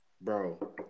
Bro